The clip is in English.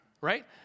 right